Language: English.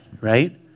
right